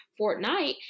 Fortnite